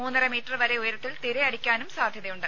മൂന്നര മീറ്റർ വരെ ഉയരത്തിൽ തിരയടിക്കാനും സാധ്യതയുണ്ട്